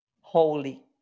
holy